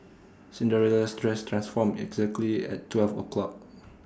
Cinderella's dress transformed exactly at twelve o'clock